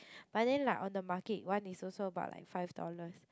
but then like on the market one is also about like five dollars